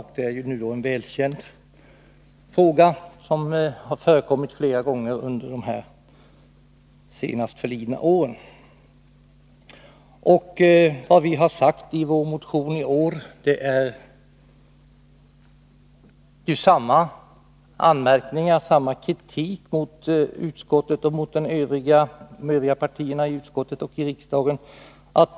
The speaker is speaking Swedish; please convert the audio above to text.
Detta är ju nu en välkänd fråga, som har förekommit flera gånger under de sistförlidna åren. Vad vi har givit uttryck åt i vår motion i år är samma anmärkningar och samma kritik som tidigare mot de övriga partierna iutskottet och i riksdagen.